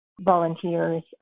volunteers